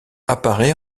apparaît